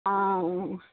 অঁ